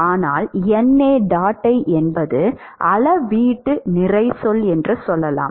ஆனால் என்பது அளவீட்டு நிறை சொல் என்று சொல்லலாம்